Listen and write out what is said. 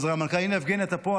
הינה, יבגני, אתה פה.